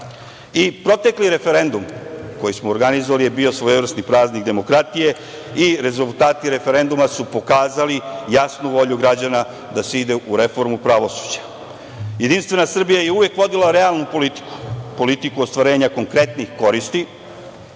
I protekli referendum koji smo organizovali je bio svojevrsni praznik demokratije i rezultati referenduma su pokazali jasnu volju građana da se ide u reformu pravosuđa. Jedinstvena Srbija je uvek vodila realnu politiku, politiku ostvarenja konkretnih koristi